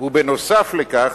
ונוסף על כך,